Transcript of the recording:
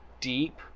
deep